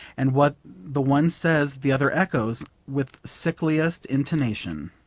and what the one says the other echoes with sickliest intonation.